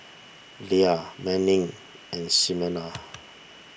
Lia Manning and Ximena